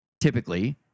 Typically